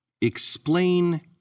explain